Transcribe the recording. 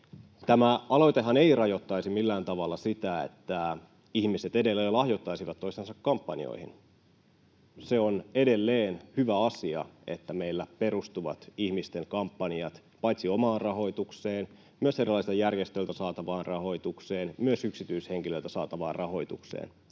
Tämä aloitehan ei rajoittaisi millään tavalla sitä, että ihmiset edelleen lahjoittaisivat toistensa kampanjoihin. Se on edelleen hyvä asia, että meillä perustuvat ihmisten kampanjat paitsi omaan rahoitukseen myös erilaisilta järjestöiltä saatavaan rahoitukseen, myös yksityishenkilöiltä saatavaan rahoitukseen.